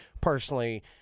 personally